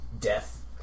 death